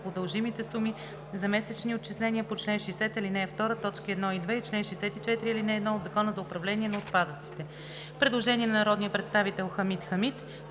дължимите суми за месечни отчисления по чл. 60, ал. 2, т. 1 и 2 и чл. 64, ал. 1 от Закона за управление на отпадъците. Предложение на народния представител Хамид Хамид: